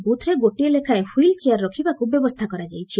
ବୁଥ୍ରେ ଗୋଟିଏ ଲେଖାଏଁ ହ୍ୱିଲ୍ ଚେୟାର୍ ରଖିବାକୁ ବ୍ୟବସ୍ଥା କରାଯାଇଛି